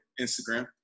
Instagram